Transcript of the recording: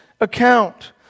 account